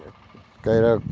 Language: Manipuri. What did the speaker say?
ꯀꯩꯔꯛ